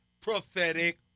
prophetic